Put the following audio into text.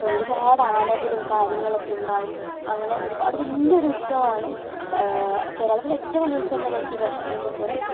ഒരുപാട് ആനകളും കാര്യങ്ങളൊക്കെ ഉണ്ടാകും അങ്ങനെ ഒരുപാട് വലിയൊരു ഉത്സവമാണ് കേരളത്തിലെ ഏറ്റവും വലിയ ഉത്സവം തന്നെയായിരിക്കും ഒരുപക്ഷേ തൃശ്ശൂർ പൂരം